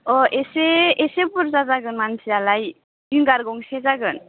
अ एसे एसे बुरजा जागोन मानसियालाय उइंगार गंसे जागोन